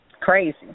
crazy